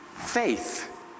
faith